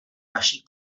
vaší